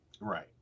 Right